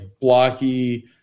blocky